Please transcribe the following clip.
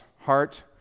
heart